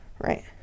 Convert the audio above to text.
Right